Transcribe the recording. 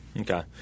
Okay